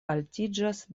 altiĝas